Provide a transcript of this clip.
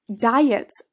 diets